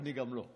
אני גם לא.